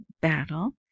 battle